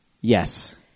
Yes